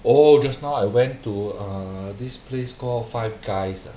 oh just now I went to err this place call Five Guys